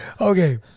Okay